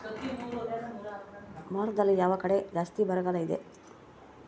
ಭಾರತದಲ್ಲಿ ಯಾವ ಕಡೆ ಜಾಸ್ತಿ ಬರಗಾಲ ಇದೆ?